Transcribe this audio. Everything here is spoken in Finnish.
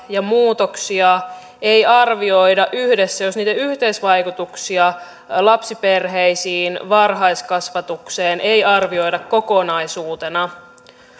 ja muutoksia ei arvioida yhdessä jos niiden yhteisvaikutuksia lapsiperheisiin varhaiskasvatukseen ei arvioida kokonaisuutena